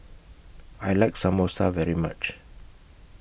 I like Samosa very much